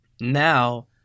now